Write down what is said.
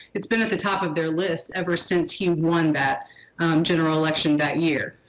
it's been at the top of their list ever since he won that general election that year.